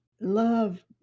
Love